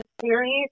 series